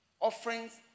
Offerings